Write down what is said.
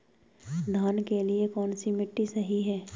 धान के लिए कौन सी मिट्टी सही है?